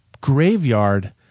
graveyard